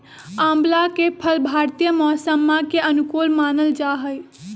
आंवला के फल भारतीय मौसम्मा के अनुकूल मानल जाहई